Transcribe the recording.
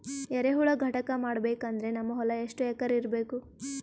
ಎರೆಹುಳ ಘಟಕ ಮಾಡಬೇಕಂದ್ರೆ ನಮ್ಮ ಹೊಲ ಎಷ್ಟು ಎಕರ್ ಇರಬೇಕು?